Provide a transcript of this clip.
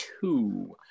two